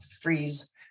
freeze